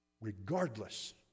regardless